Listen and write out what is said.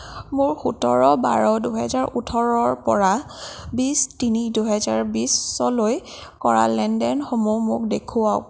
মোৰ সোতৰ বাৰ দুই হাজাৰ ওঠৰৰ পৰা বিশ তিনি দুই হাজাৰ বিশলৈ কৰা লেনদেনসমূহ মোক দেখুৱাওক